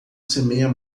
semeia